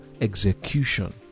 execution